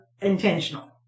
intentional